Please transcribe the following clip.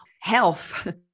health